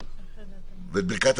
יש לך את ברכת הדרך.